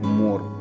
more